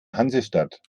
hansestadt